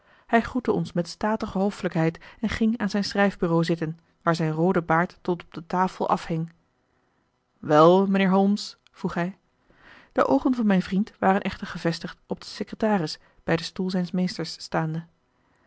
hij groette ons met statige hoffelijkheid en ging aan zijn schrijfbureau zitten waar zijn roode baard tot op de tafel afhing wel mijnheer holmes vroeg hij de oogen van mijn vriend waren echter gevestigd op den secretaris bij den stoel zijns meesters staande